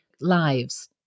lives